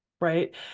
Right